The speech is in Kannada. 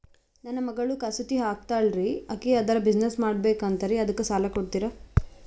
ನನ್ನ ಮಗಳು ಕಸೂತಿ ಹಾಕ್ತಾಲ್ರಿ, ಅಕಿ ಅದರ ಬಿಸಿನೆಸ್ ಮಾಡಬಕು ಅಂತರಿ ಅದಕ್ಕ ಸಾಲ ಕೊಡ್ತೀರ್ರಿ?